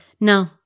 No